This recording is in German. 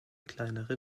kleinere